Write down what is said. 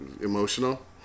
Emotional